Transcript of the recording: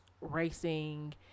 racing